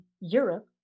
Europe